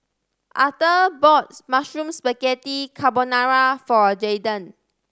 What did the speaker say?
Arther bought Mushroom Spaghetti Carbonara for Jaydan